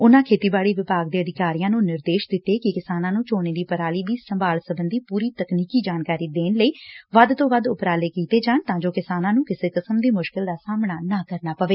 ਉਨੂਾਂ ਖੇਤੀਬਾਤੀ ਵਿਭਾਗ ਦੇ ਅਧਿਕਾਰੀਆਂ ਨੂੰ ਨਿਰਦੇਸ਼ ਦਿੱਤੇ ਕਿ ਕਿਸਾਨਾਂ ਨੂੰ ਝੋਨੇ ਦੀ ਪਰਾਲੀ ਦੀ ਸੰਭਾਲ ਸਬੰਧੀ ਪੁਰੀ ਂਤਕਨੀਕੀ ਜਾਣਕਾਰੀ ਦੇਣ ਲਈ ਵੱਧ ਤੋਂ ਵੱਧ ਉਪਰਾਲੇ ਕੀਤੇ ਜਾਣ ਤਾਂ ਜੋ ਕਿਸਾਨਾਂ ਨੂੰ ਕਿਸੇ ਕਿਸਮ ਦੀ ਮੁਸ਼ਕਿਲ ਦਾ ਸਾਹਮਣਾ ਨਾ ਕਰਨਾ ਪਵੇ